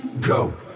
go